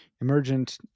emergent